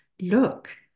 look